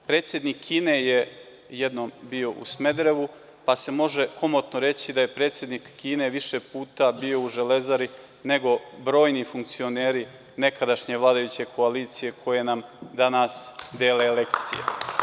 Predsednik Kine je jednom bio u Smederevu, pa se može komotno reći da je predsednik Kine više puta bio u „Železari“ nego brojni funkcioneri nekadašnje vladajuće koalicije koji nam danas dele lekcije.